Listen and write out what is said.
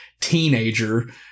teenager